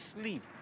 sleep